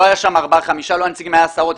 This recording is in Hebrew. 20-30,